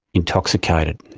intoxicated.